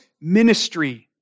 ministry